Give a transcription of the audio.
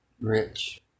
rich